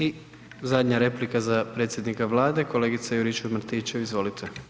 I zadnja replika za predsjednika Vlade, kolegica Juričev-Martinčev, izvolite.